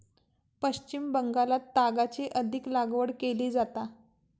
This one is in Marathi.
पश्चिम बंगालात तागाची अधिक लागवड केली जाता